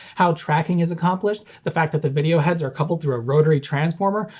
how tracking is accomplished, the fact that the video heads are coupled through a rotary transformer,